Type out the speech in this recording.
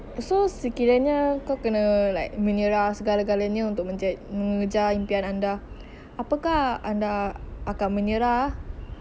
so sekiranya kau kena like menyerah segala-galanya mengejar impian anda apakah anda akan menyerah